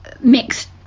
mixed